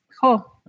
Cool